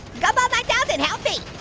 gumball nine thousand, help me,